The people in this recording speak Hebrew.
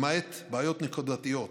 למעט בעיות נקודתיות,